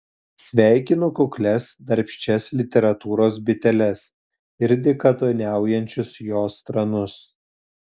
sveikinu kuklias darbščias literatūros biteles ir dykaduoniaujančius jos tranus